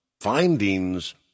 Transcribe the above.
findings